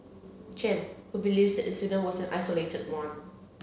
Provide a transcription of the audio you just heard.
Chen who believes incident was an isolated one